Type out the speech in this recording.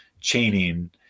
chaining